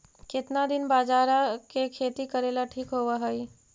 केतना दिन बाजरा के खेती करेला ठिक होवहइ?